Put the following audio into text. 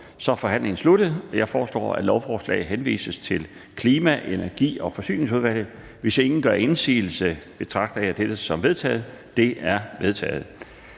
er forhandlingen sluttet. Jeg foreslår, at lovforslaget henvises til Klima-, Energi- og Forsyningsudvalget. Hvis ingen gør indsigelse, betragter jeg dette som vedtaget. Det er vedtaget.